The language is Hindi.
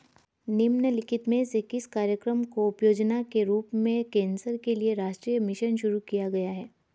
निम्नलिखित में से किस कार्यक्रम को उपयोजना के रूप में कैंसर के लिए राष्ट्रीय मिशन शुरू किया गया है?